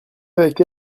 avec